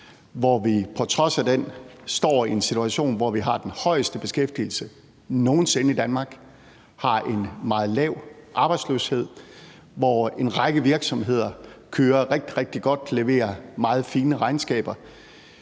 hvor vi på trods af den står i en situation, hvor vi har den højeste beskæftigelse nogen sinde i Danmark, har en meget lav arbejdsløshed, og hvor en række virksomheder kører rigtig, rigtig godt, leverer meget fine regnskaber.